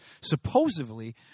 supposedly